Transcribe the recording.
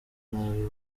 nabi